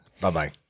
Bye-bye